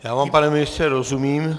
Já vám, pane ministře, rozumím.